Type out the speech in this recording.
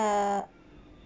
ah